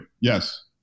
yes